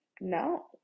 No